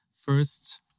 first